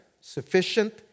sufficient